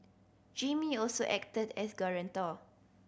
Jimmy also acted as guarantor